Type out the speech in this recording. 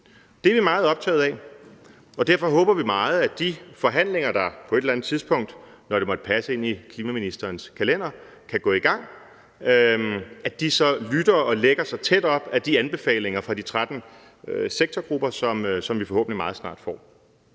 Det er vi meget optaget af, og derfor håber vi meget, at man i de forhandlinger, der på et eller andet tidspunkt kan gå i gang – når det måtte passe ind i klimaministerens kalender – så lytter og lægger sig tæt op af de anbefalinger fra de 13 sektorgrupper, som vi forhåbentlig meget snart får.